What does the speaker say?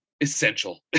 essential